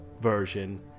version